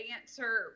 answer